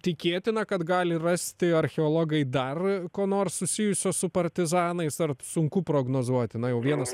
tikėtina kad gali rasti archeologai dar ko nors susijusio su partizanais ar sunku prognozuoti na jau vienas